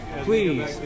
Please